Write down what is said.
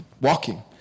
walking